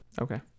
Okay